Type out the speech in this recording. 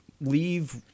leave